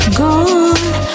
gone